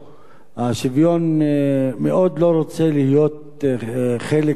השוויון מאוד לא רוצה להיות חלק מנחלתה